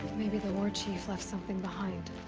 maybe the warchief left something behind.